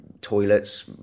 toilets